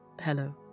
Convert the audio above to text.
Hello